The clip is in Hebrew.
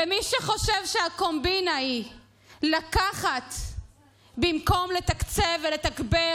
ומי שחושב שהקומבינה היא לקחת במקום לתקצב ולתגבר